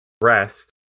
rest